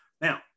Now